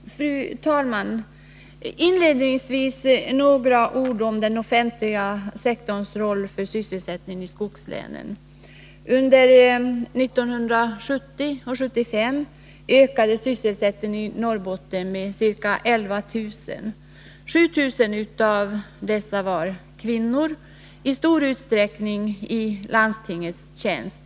Fru talman! Inledningsvis några ord om den offentliga sektorns roll för sysselsättningen i skogslänen. Under 1970-1975 ökade sysselsättningen i Norrbotten med ca 11000 personer. Av dessa var 7 000 kvinnor, i stor utsträckning i landstingets tjänst.